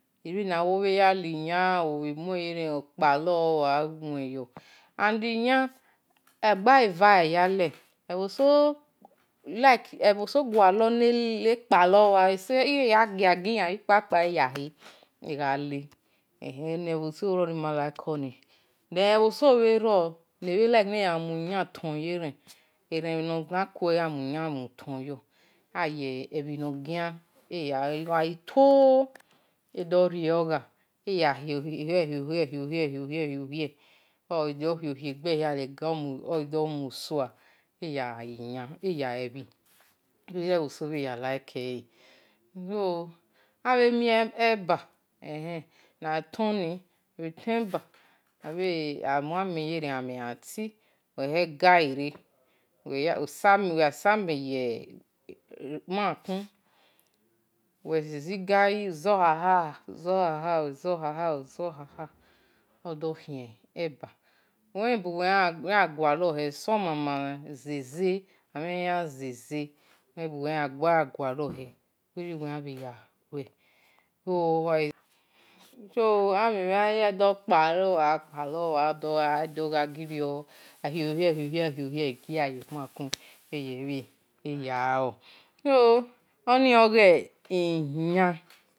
Ebhe na ya liyan amte-yeren akpalo wa une yo and iyan agbe-le va amien-bho ebho so like, gualor ne-kpalor wa-ebho-eso egia-gia ya-khe, eso-eton ugha tooo ekhia-khia ese-bhi no-ghian yo irior ebho eso bhe yel-like ewe so oo ebhabhe mien-eba uwe-gha mue amen yeren, ogha tin uwe zi-igayi uzo kha, uzo kha, kha odo khin ena uwe len-ebu we khian ya gualor he so mama zeze, uwelen ebu-uwe you gualor he imu-uwe khian yai lue so aido-kpahowa kpalowa edo-gha gi-rio khio-khie khio-khie amuen ye-ekpan makun ye bhi ya ghe lo, so ani oghi iyan.